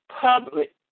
public